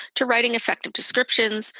to writing effective descriptions,